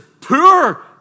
poor